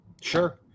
Sure